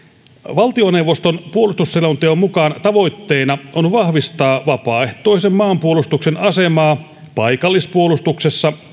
valtioneuvoston puolustusselonteon mukaan tavoitteena on vahvistaa vapaaehtoisen maanpuolustuksen asemaa paikallispuolustuksessa